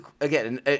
again